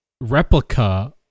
replica